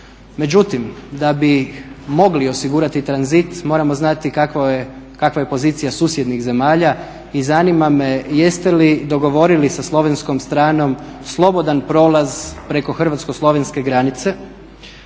Međutim, da bi mogli osigurati tranzit moramo znati kakva je pozicija susjednih zemalja i zanima me jeste li dogovorili sa slovenskom stranom slobodan prolaz preko hrvatsko-slovenske granice.